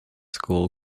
school